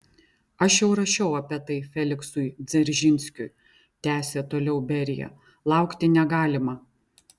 aš jau rašiau apie tai feliksui dzeržinskiui tęsė toliau berija laukti negalima